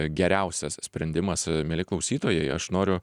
geriausias sprendimas mieli klausytojai aš noriu